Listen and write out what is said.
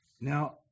Now